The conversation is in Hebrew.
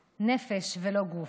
"נפש" ולא "גוף".